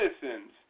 citizens